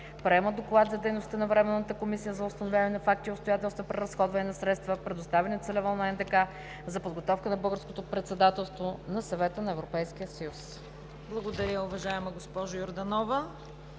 Приема Доклад за дейността на Временната комисия за установяване на факти и обстоятелства при разходване на средства, предоставени целево на НДК за подготовка на Българското председателство на Съвета на Европейския съюз.“ ПРЕДСЕДАТЕЛ ЦВЕТА КАРАЯНЧЕВА: Благодаря, уважаема госпожо Йорданова.